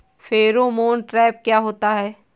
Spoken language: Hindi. फेरोमोन ट्रैप क्या होता है?